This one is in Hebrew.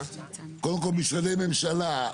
משרדי ממשלה,